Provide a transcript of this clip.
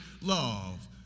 love